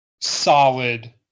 solid